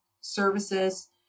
services